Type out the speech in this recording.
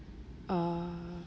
err